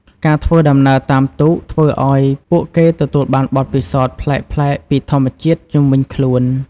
ការធ្វើដំណើរតាមទូកធ្វើឱ្យពួកគេទទួលបានបទពិសោធន៍ប្លែកៗពីធម្មជាតិជុំវិញខ្លួន។